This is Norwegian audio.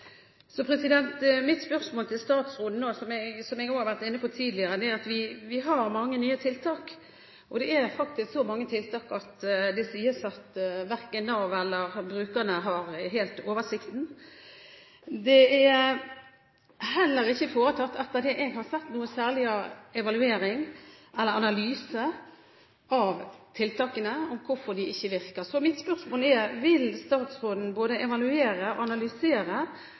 som. Som jeg også har vært inne på tidligere, har vi har mange nye tiltak. Det er faktisk så mange tiltak at det sies at verken Nav eller brukerne har helt oversikten. Det er heller ikke foretatt, etter det jeg har sett, noen evaluering eller analyser av tiltakene om hvorfor de ikke virker. Mitt spørsmål er: Vil statsråden både evaluere og analysere